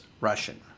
Russian